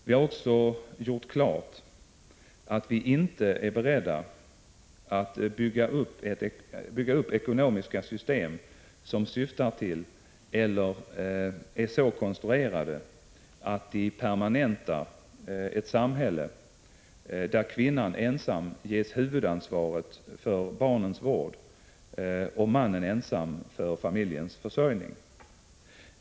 Vi har också gjort klart att vi inte är beredda att bygga upp ekonomiska system som syftar till eller är så konstruerade att de permanentar ett samhälle där kvinnan ensam ges huvudansvaret för barnens vård och mannen ensam för familjens försörjning.